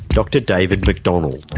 dr david mcdonald.